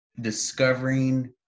discovering